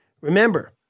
remember